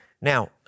Now